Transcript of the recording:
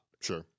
Sure